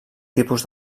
tipus